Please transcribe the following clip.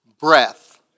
breath